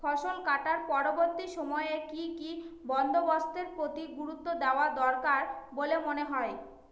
ফসলকাটার পরবর্তী সময়ে কি কি বন্দোবস্তের প্রতি গুরুত্ব দেওয়া দরকার বলে মনে হয়?